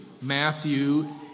Matthew